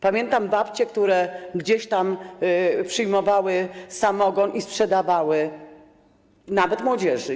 Pamiętam babcie, które gdzieś tam przyjmowały samogon i go sprzedawały nawet młodzieży.